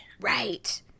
Right